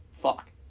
fuck